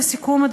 לסיכום,